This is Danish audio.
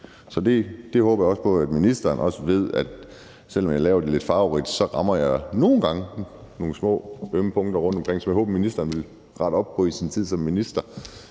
Så det håber jeg på at ministeren også ved. Selv om jeg gør det lidt farverigt, rammer jeg nogle gange nogle små ømme punkter, som jeg håber at ministeren vil rette op på i sin tid som minister.